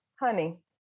Honey